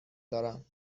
دارم